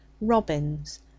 robins